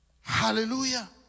Hallelujah